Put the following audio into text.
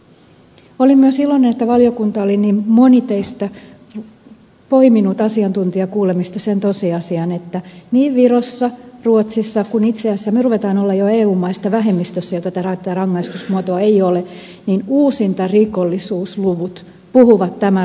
olin myös iloinen että valiokunta oli niin moni teistä poiminut asiantuntijakuulemisista sen tosiasian että niin virossa kuin ruotsissakin kun itse asiassa me rupeamme jo olemaan eu maista vähemmistössä jossa tätä rangaistusmuotoa ei ole uusintarikollisuusluvut puhuvat tämän rangaistuksen puolesta